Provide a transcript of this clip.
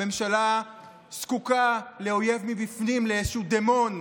הממשלה זקוקה לאויב מבפנים, לאיזשהו דמון,